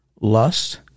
lust